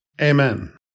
Amen